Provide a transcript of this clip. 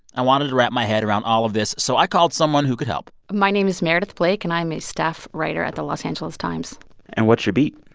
i wanted to wrap my head around all of this, so i called someone who could help my name is meredith blake, and i'm a staff writer at the los angeles times and what's your beat?